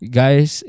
guys